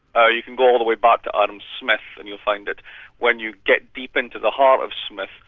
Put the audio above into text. ah you can go all the way back to adam smith and you find that when you get deep into the heart of smith,